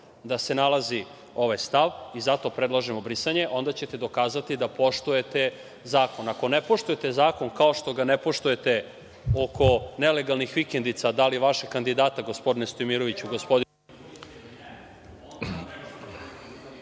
da se nalazi ovaj stav i zato predlažemo brisanje, onda ćete dokazati da poštujete zakona. Ako ne poštujete zakon, kao što ga ne poštujete oko nelegalnih vikendica, da li vašeg kandidata, gospodine Sojimiroviću… (isključen